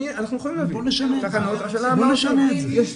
אנחנו יכולים להביא, השאלה מה עושים עם זה.